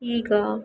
ಈಗ